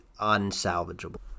unsalvageable